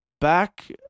back